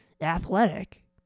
athletic